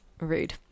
rude